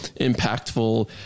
impactful